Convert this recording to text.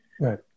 Right